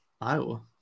Iowa